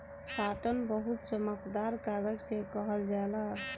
satin बहुत चमकदार कागज के कहल जाला